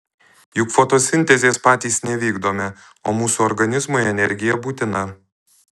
juk fotosintezės patys nevykdome o mūsų organizmui energija būtina